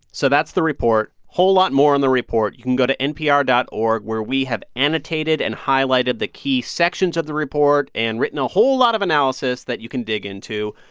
so that's the report whole lot more on the report. you can go to npr dot org, where we have annotated and highlighted the key sections of the report and written a whole lot of analysis that you can dig into.